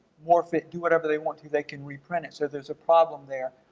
morph it, do whatever they want to. they can reprint it. so there's a problem there.